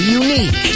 unique